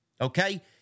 okay